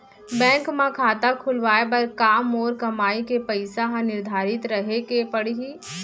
Bank म खाता खुलवाये बर का मोर कमाई के पइसा ह निर्धारित रहे के पड़ही?